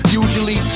usually